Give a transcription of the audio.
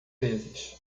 vezes